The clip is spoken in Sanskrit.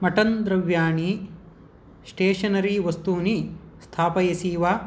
मट्टन् द्रव्याणि स्टेशनरी वस्तूनि स्थापयसि वा